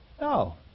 No